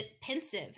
pensive